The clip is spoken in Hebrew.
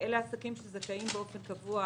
אלה עסקים שזכאים באופן קבוע